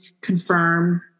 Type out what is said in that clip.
Confirm